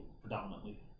predominantly